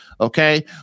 Okay